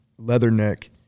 Leatherneck